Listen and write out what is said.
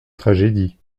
tragédie